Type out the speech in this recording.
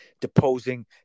deposing